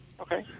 Okay